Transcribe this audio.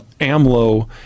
AMLO